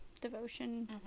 devotion